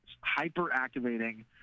hyper-activating